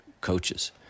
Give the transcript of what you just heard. coaches